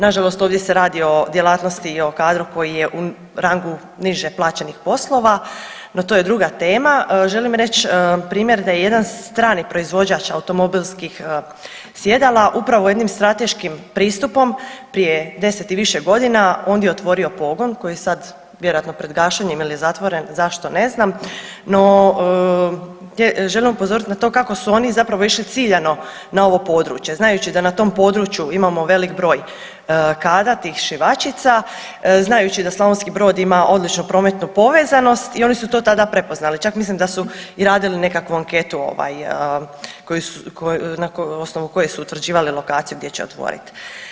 Nažalost, ovdje se radi o djelatnosti i o kadru koji je u rangu niže plaćenih poslova, no to je druga tema, želim reći primjer da je jedan strani proizvođač automobilskih sjedala upravo jednim strateškim pristupom prije 10 i više godina ondje otvorio pogon koji je sad vjerojatno pred gašenjem jer je zatvoren, zašto ne znam, no želim upozoriti na to kako su oni zapravo išli ciljano na ovo područje znajući da na tom području imamo velik broj kadra, tih šivaćica, znajući da Slavonski Brod ima odličnu prometnu povezanost i oni su to tada prepoznali, čak mislim da su radili i nekakvu anketu ovaj koju, na osnovu koje su utvrđivali lokaciju gdje će otvorit.